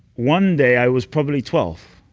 one day. i was probably twelve,